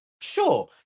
sure